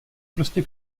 prostě